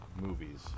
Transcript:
movies